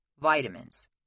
vitamins